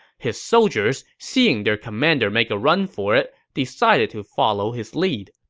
his soldiers, seeing their commander make a run for it, decided to follow his lead.